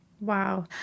Wow